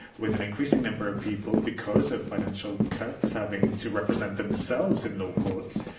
with an increasing number of people, because of financial cuts, having to represent themselves in law courts,